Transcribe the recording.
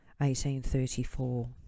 1834